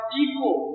equal